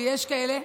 ויש כאלה,